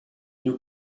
you